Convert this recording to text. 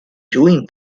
doing